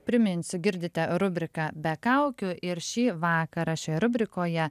priminsiu girdite rubriką be kaukių ir šį vakarą šioje rubrikoje